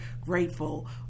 grateful